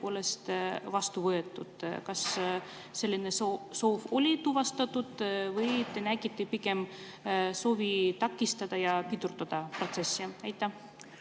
tõepoolest vastu võetud? Kas te sellist soovi tuvastasite või nägite pigem soovi takistada ja pidurdada protsessi? Aitäh